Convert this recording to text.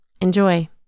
Enjoy